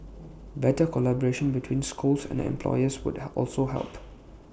better collaboration between schools and employers would also help